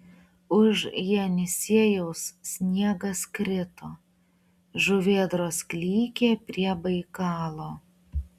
už jenisiejaus sniegas krito žuvėdros klykė prie baikalo